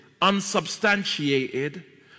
unsubstantiated